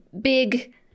big